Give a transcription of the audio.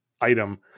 item